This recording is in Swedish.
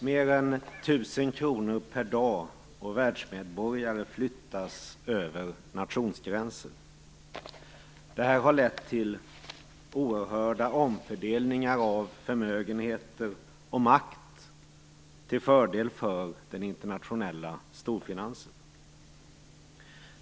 Fru talman! Mer än 1 000 kr och världsmedborgare flyttas över nationsgränserna per dag. Det har lett till oerhörda omfördelningar av förmögenheter och makt till fördel för den internationella storfinansen.